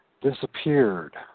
disappeared